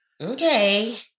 Okay